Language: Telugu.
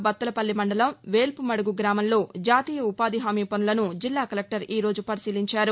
బత్తలపల్లి మండలం వేల్పుమడుగు గ్రామంలో జాతీయ ఉపాధి హామీ పనులను జిల్లా కలెక్టర్ ఈరోజు పరిశీలించారు